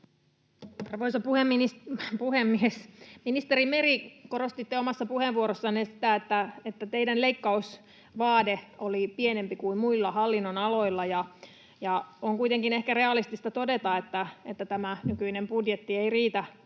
Arvoisa puhemies! Ministeri Meri, korostitte omassa puheenvuorossanne sitä, että teidän leikkausvaade oli pienempi kuin muilla hallinnonaloilla. On kuitenkin ehkä realistista todeta, että tämä nykyinen budjetti ei riitä